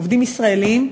עובדים ישראלים,